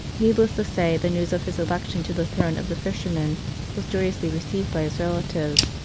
needless to say, the news of his election to the throne of the fisherman was joyously received by his relatives.